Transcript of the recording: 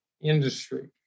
industry